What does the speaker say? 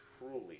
truly